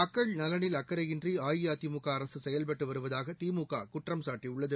மக்கள் நலனில் அக்கரையின்றிஅஇஅதிமுகஅரசுசெயல்பட்டுவருவதாகதிமுககுற்றம்சாட்டியுள்ளது